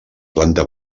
planta